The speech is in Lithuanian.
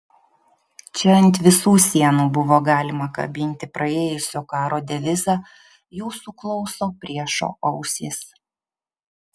čia ant visų sienų buvo galima kabinti praėjusio karo devizą jūsų klauso priešo ausys